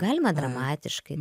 galima dramatiškai